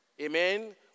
Amen